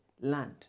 land